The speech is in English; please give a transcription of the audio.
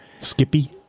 Skippy